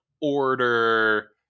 order